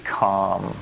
calm